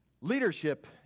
Leadership